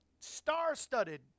Star-studded